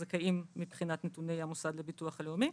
הזכאים מבחינת נתוני המוסד לביטוח הלאומי.